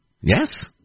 Yes